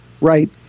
right